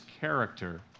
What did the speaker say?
character